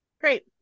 Great